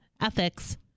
Ethics